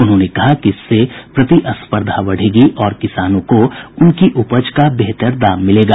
उन्होंने कहा कि इससे प्रतिस्पर्धा बढेगी और किसानों को उनकी उपज का बेहतर दाम मिलेगा